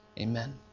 Amen